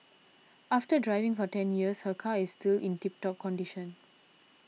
after driving for ten years her car is still in tip top condition